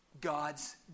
God's